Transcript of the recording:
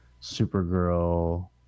Supergirl